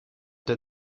that